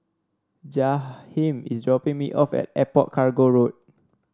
Jaheem is dropping me off at Airport Cargo Road